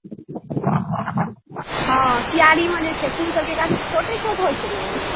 हॅं क्यारी मे फूल सबहक गाछ छोटे छोट होइ छै ने